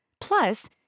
Plus